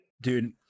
Dude